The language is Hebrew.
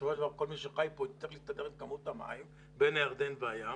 בסופו של דבר כל מי שחי פה יצטרך להסתדר עם כמות המים בין הירדן והים,